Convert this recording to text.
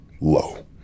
low